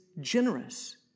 generous